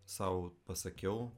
sau pasakiau